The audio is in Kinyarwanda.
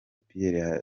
pierre